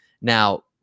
Now